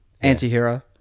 anti-hero